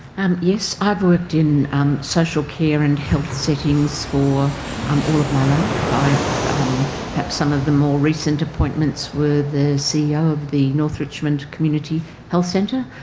um yes. i've worked in um social care and health settings for um all of my life. um perhaps some of the more recent appointments were the ceo of the north richmond community health centre.